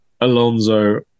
Alonso